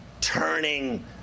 turning